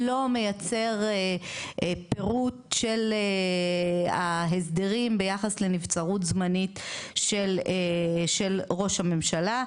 לא מייצר פירוט של ההסדרים ביחס לנבצרות זמנית של ראש הממשלה,